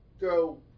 go